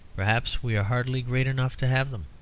perhaps we are hardly great enough to have them.